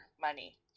money